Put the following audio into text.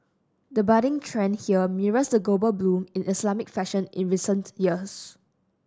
the budding trend here mirrors the global boom in Islamic fashion in recent years